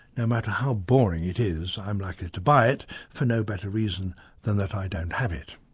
no matter how boring it is, i'm likely to buy it for no better reason than that i don't have it.